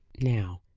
now,